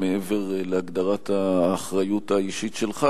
מעבר להגדרת האחריות האישית שלך,